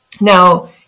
Now